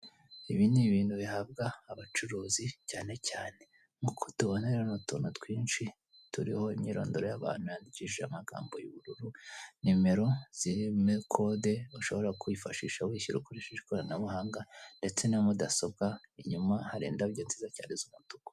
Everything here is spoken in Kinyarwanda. Ibi ni ibintu bihabwa abacuruzi cyane cyane nkuko tubona rero ni utuntu twitsi turiho imyirondoro y'abantu yandikishije amagambo y'ubururu, nimero zirimo kode bashobora kwifashisha wishyura ukoresheje ikoranabuhanga ndetse n'amudasobwa inyuma hari indabyo nziza cyane z'umutuku.